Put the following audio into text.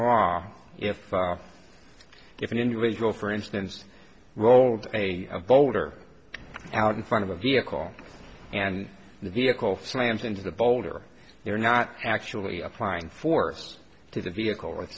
law if if an individual for instance rolled a boulder out in front of a vehicle and the vehicle flames into the boulder they're not actually applying force to the vehicle with